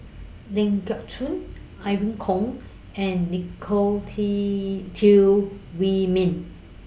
Ling Geok Choon Irene Khong and Nicolette Teo Wei Min